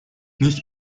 nicht